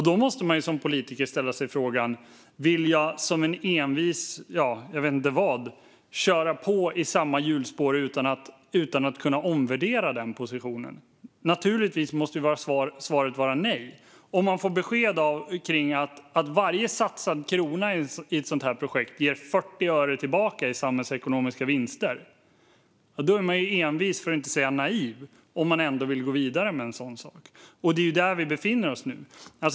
Då måste man som politiker ställa sig frågan om man som en envis - jag vet inte vad - vill köra på i samma hjulspår utan att kunna omvärdera den positionen. Naturligtvis måste svaret vara nej. Om man får beskedet att varje satsad krona i ett sådant projekt ger 40 öre tillbaka i samhällsekonomiska vinster är man envis, för att inte säga naiv, om man ändå vill gå vidare med det. Det är där vi befinner oss nu.